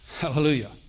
Hallelujah